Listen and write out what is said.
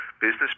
business